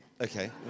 okay